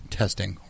testing